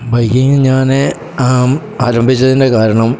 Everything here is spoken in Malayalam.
ബൈക്കിങ്ങ് ഞാൻ ആരംഭിച്ചതിൻ്റെ കാരണം